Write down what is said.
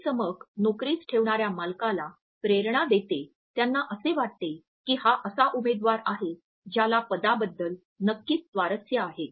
ही चमक नोकरीस ठेवणाऱ्या मालकाला प्रेरणा देते त्यांना असे वाटते की हा असा उमेदवार आहे ज्याला पदाबद्दल नक्कीच स्वारस्य आहे